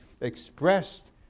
expressed